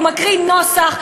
הוא מקריא נוסח.